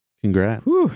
Congrats